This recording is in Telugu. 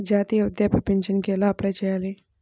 జాతీయ వృద్ధాప్య పింఛనుకి ఎలా అప్లై చేయాలి?